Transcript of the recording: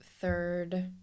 third